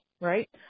right